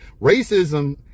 Racism